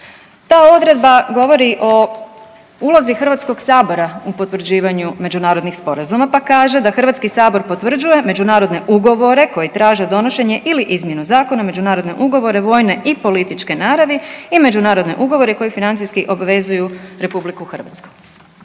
Ta odredba govori o ulozi Hrvatskog sabora u potvrđivanju međunarodnih sporazuma pa kaže da Hrvatski sabor potvrđuje međunarodne ugovore koji traže donošenje ili izmjenu zakona, međunarodne ugovore vojne i političke naravi i međunarodne ugovore koji financijski obvezuju RH. To samo